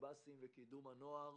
הקב"סים וקידום הנוער,